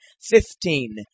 Fifteen